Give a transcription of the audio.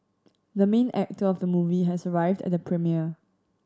the main actor of the movie has arrived at the premiere